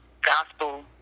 gospel